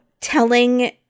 telling